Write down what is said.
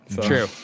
True